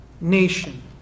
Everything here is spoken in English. nation